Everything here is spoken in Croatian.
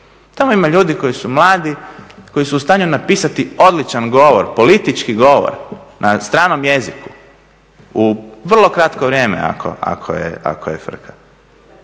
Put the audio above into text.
Tamo ima ljudi koji su mladi koji su u stanju napisati odličan govor, politički govor na stranom jeziku u vrlo kratko vrijeme ako je frka.